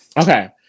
Okay